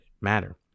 matter